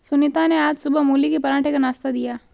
सुनीता ने आज सुबह मूली के पराठे का नाश्ता दिया